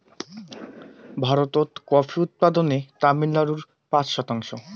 ভারতত কফি উৎপাদনে তামিলনাড়ু পাঁচ শতাংশ